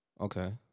Okay